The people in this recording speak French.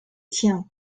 tien